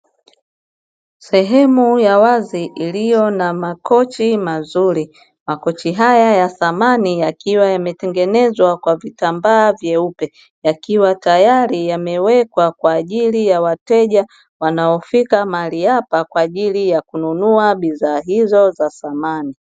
Sehemu ya wazi iliyo na makochi mazuri, makochi haya ya thamani yakiwa yametengenezwa kwa vitambaa vyeupe yakiwa tayari yamewekwa kwa ajili ya wateja wanaokuja kununua bidhaa hizo za samani.